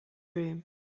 room